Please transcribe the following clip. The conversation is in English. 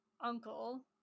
uncle